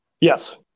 Yes